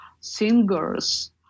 singers